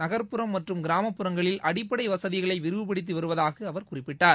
நகர்புறம் மற்றும் கிராமப்புறங்களில் அடிப்படை வசதிகளை விரிவுபடுத்தி வருவதாக அவர் குறிப்பிட்டார்